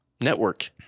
network